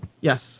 Yes